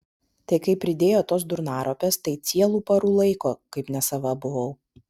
tai kai pridėjo tos durnaropės tai cielų parų laiko kaip nesava buvau